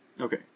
Okay